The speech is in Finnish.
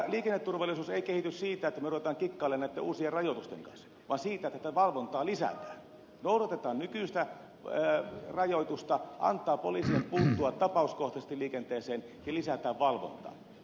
liikenneturvallisuus ei kehity siitä että rupeamme kikkailemaan näitten uusien rajoitusten kanssa vaan siitä että valvontaa lisätään noudatetaan nykyistä rajoitusta annetaan poliisien puuttua tapauskohtaisesti liikenteeseen ja lisätään valvontaa